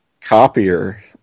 copier